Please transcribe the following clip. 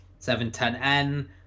710N